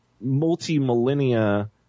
multi-millennia